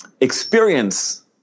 experience